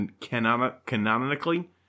canonically